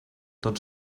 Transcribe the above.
tot